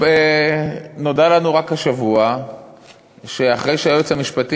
נודע לנו רק השבוע שאחרי שהיועץ המשפטי